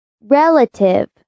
RELATIVE